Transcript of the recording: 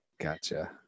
Gotcha